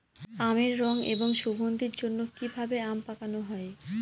আমের রং এবং সুগন্ধির জন্য কি ভাবে আম পাকানো হয়?